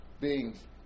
beings